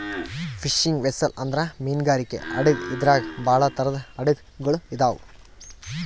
fishing vessel ಅಂದ್ರ ಮೀನ್ಗಾರಿಕೆ ಹಡಗ್ ಇದ್ರಾಗ್ ಭಾಳ್ ಥರದ್ ಹಡಗ್ ಗೊಳ್ ಅದಾವ್